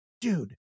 Dude